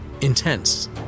intense